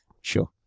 Sure